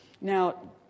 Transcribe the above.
Now